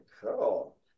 cool